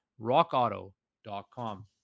rockauto.com